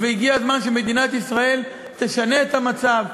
הגיע הזמן שמדינת ישראל תשנה את המצב.